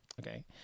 okay